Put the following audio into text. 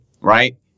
right